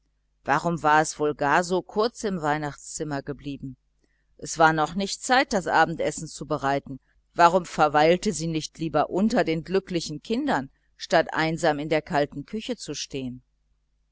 warum war es wohl gar so kurz im weihnachtszimmer geblieben es war noch nicht zeit das abendessen zu bereiten warum verweilte sie nicht lieber unter den glücklichen kindern anstatt einsam in der kalten küche zu stehen